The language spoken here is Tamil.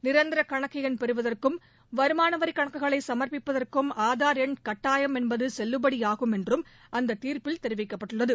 நிரந்தர கணக்கு எண் பெறுவதற்கும் வருமானவரி கணக்குகளை சுமர்ப்பிப்பதற்கும் ஆதார் எண் கட்டாயம் என்பது செல்லுபடியாகும் என்றும் அந்த தீர்ப்பில் தெரிவிக்கப்பட்டுள்ளது